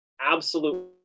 absolute